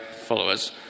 followers